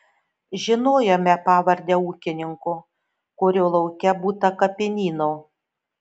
žinojome pavardę ūkininko kurio lauke būta kapinyno